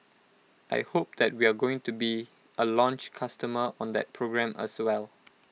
I hope that we're going to be A launch customer on that program as well